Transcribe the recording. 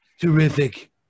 terrific